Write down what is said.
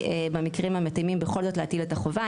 במקרים המתאימים בכל זאת להטיל את החובה,